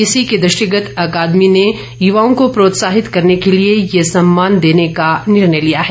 इसी के दृष्टिगत अकादमी ने युवाओं को प्रोत्साहित करने के लिए ये सम्मान देने का निर्णय लिया है